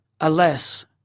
alas